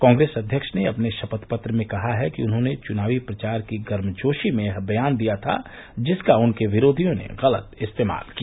कांग्रेस अध्यक्ष ने अपने शपथपत्र में कहा है कि उन्होंने चनावी प्रचार की गर्मजोशी में यह बयान दिया था जिसका उनके विरोधियों ने गलत इस्तेमाल किया